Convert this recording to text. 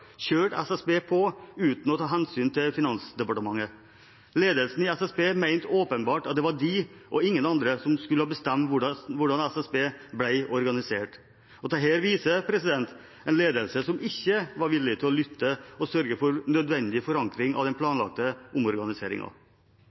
SSB på uten å ta hensyn til Finansdepartementet. Ledelsen i SSB mente åpenbart at det var de og ingen andre som skulle bestemme hvordan SSB ble organisert. Dette viser en ledelse som ikke var villig til å lytte og sørge for nødvendig forankring av den planlagte